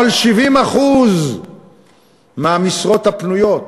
אבל 70% מהמשרות הפנויות